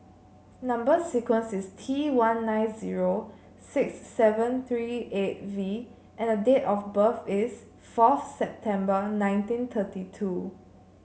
number sequence is T one nine zero six seven three eight V and the date of birth is fourth September nineteen thirty two